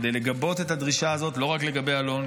כדי לגבות את הדרישה הזאת לא רק לגבי אלון,